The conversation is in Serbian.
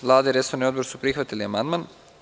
Vlada i resorni odbor su prihvatili amandman.